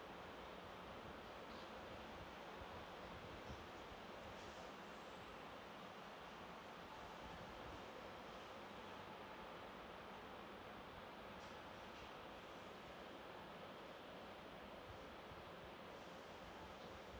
up